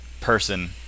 person